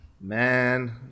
Man